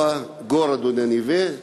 (אומר דברים בשפה הרוסית,